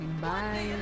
Bye